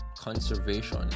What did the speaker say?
conservation